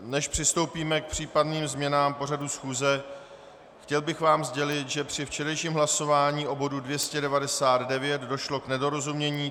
Než přistoupíme k případným změnám pořadu schůze, chtěl bych vám sdělit, že při včerejším hlasování u bodu 299 došlo k nedorozumění.